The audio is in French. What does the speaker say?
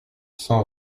sans